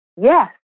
yes